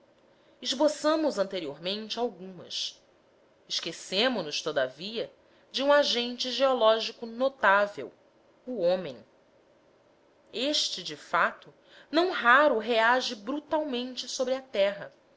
vivaz esboçamos anteriormente algumas esquecemo nos todavia de um agente geológico notável o homem este de fato não raro reage brutalmente sobre a terra